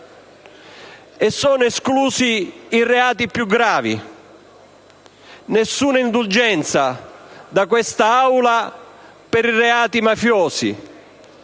e sono esclusi i reati più gravi: nessuna indulgenza da quest'Aula per i reati mafiosi;